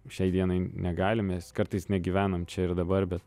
šiai dienai negalim mes kartais negyvenam čia ir dabar bet